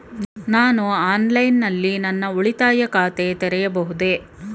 ನಾನು ಆನ್ಲೈನ್ ನಲ್ಲಿ ನನ್ನ ಉಳಿತಾಯ ಖಾತೆ ತೆರೆಯಬಹುದೇ?